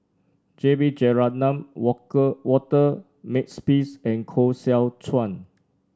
J B Jeyaretnam Walker Walter Makepeace and Koh Seow Chuan